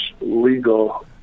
legal